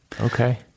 Okay